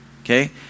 okay